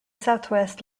southwest